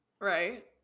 Right